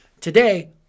Today